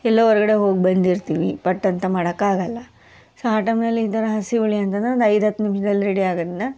ಎಲ್ಲೋ ಹೊರ್ಗಡೆ ಹೋಗಿ ಬಂದಿರ್ತೀವಿ ಪಟ್ಟಂತ ಮಾಡೋಕ್ಕಾಗಲ್ಲ ಸೊ ಆ ಟೈಮ್ನಲ್ಲಿ ಈ ಥರ ಹಸಿ ಹುಳಿ ಅಂತಂದ್ರೆ ಒಂದು ಐದು ಹತ್ತು ನಿಮ್ಷ್ದಲ್ಲಿ ರೆಡಿ ಆಗೋದ್ನ